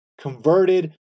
converted